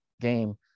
game